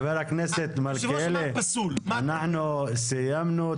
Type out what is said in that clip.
חבר הכנסת מלכיאלי, אנחנו סיימנו.